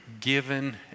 given